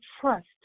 trust